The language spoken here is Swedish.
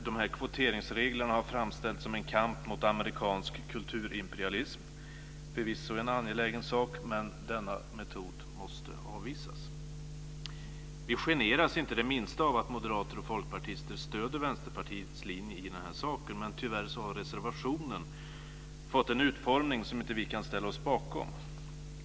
De här kvoteringsreglerna har framställts som en kamp mot amerikansk kulturimperialism, förvisso en angelägen sak, men denna metod måste avvisas. Vi generas inte det minsta av att moderater och folkpartister stöder Vänsterpartiets linje i den här saken, men tyvärr har reservationen fått en utformning som vi inte kan ställa oss bakom.